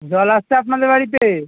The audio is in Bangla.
জল আসছে আপনাদের বাড়িতে